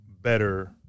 better